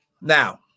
Now